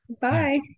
Bye